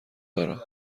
دارم